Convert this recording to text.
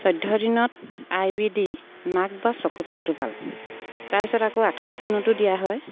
চৈধ্য দিনত আই বি দি নাক বা চকুত এটোপাল তাৰপিছত আকৌ আঠাইছ দিনতো দিয়া হয়